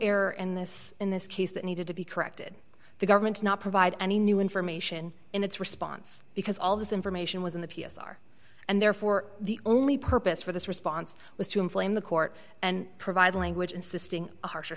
error in this in this case that needed to be corrected the government cannot provide any new information in its response because all of this information was in the p s r and therefore the only purpose for this response was to inflame the court and provide language insisting a harsher